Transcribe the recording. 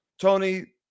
Tony